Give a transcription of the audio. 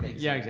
yeah, yeah